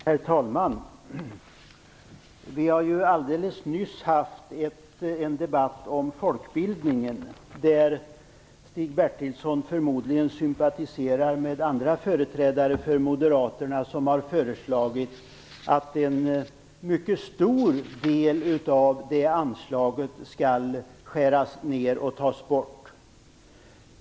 Herr talman! Det har ju alldeles nyss varit en debatt om folkbildningen. Stig Bertilsson sympatiserar förmodligen med andra företrädare för moderaterna som har föreslagit att en mycket stor del av det anslaget skall skäras ner eller tas bort.